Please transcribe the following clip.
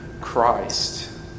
Christ